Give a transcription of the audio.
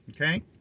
Okay